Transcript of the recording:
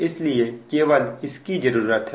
इसलिए केवल इसकी जरूरत है